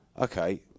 okay